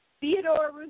Theodore